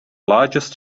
largest